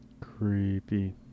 Creepy